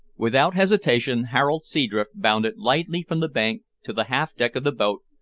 without hesitation harold seadrift bounded lightly from the bank to the half-deck of the boat,